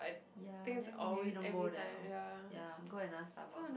ya then maybe don't go there ah ya go another Starbucks lor